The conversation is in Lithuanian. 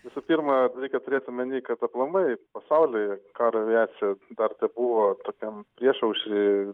visų pirma reikia turėt omeny kad aplamai pasauly karo aviacija dar tebuvo tokiam priešaušry